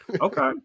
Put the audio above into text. Okay